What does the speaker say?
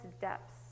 depths